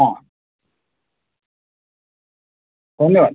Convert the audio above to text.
हां धन्यवाद